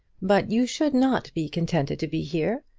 but you should not be contented to be here.